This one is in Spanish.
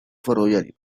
ferroviario